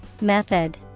Method